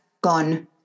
gone